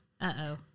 Uh-oh